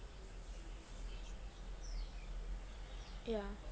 yeah